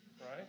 right